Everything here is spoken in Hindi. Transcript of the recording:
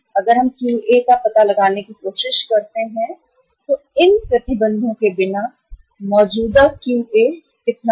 अगर हम QA का पता लगाने की कोशिश करते हैं तो क्या था प्रतिबंधों के बिना मौजूदा QA कितना था